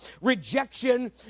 rejection